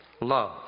love